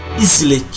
easily